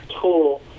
tool